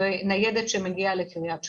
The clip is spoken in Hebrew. ניידת שמגיעה לקריית שמונה,